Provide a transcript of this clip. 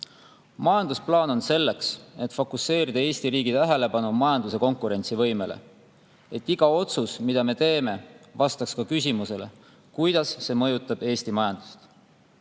Majandusplaan on selleks, et fokuseerida Eesti riigi tähelepanu majanduse konkurentsivõimele, et iga otsus, mida me teeme, vastaks ka küsimusele, kuidas see mõjutab Eesti majandust.